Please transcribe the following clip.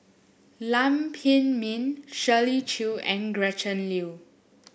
Lam Pin Min Shirley Chew and Gretchen Liu